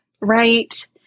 right